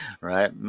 Right